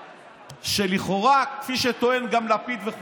"למחר שלשלו להם דינרים בקופה והעלו להם,